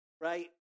right